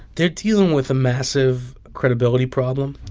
they're dealing with a massive credibility problem.